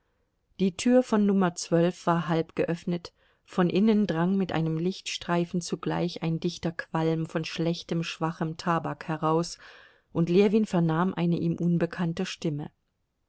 die tür von nummer zwölf war halb geöffnet von innen drang mit einem lichtstreifen zugleich ein dichter qualm von schlechtem schwachem tabak heraus und ljewin vernahm eine ihm unbekannte stimme